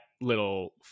little